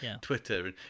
twitter